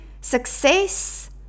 success